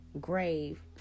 grave